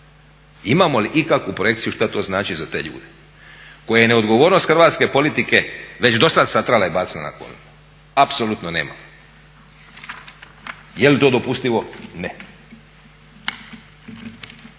Imamo li ikakvu projekciju što to znači za te ljude koje je neodgovornost hrvatske politike već dosad satrala i bacila na koljena? Apsolutno nemamo. Je li to dopustivo? Ne.